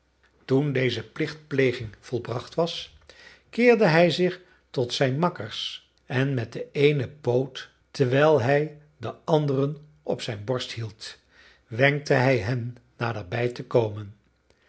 toen deze plichtpleging volbracht was keerde hij zich tot zijn makkers en met den eenen poot terwijl hij den anderen op zijn borst hield wenkte hij hen naderbij te komen